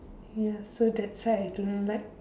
ya so that's why I don't like